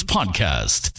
Podcast